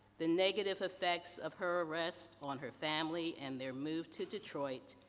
the negative effects of her arrest on her family and their move to detroit,